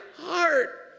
heart